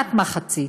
כמעט מחצית.